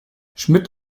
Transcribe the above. schmidt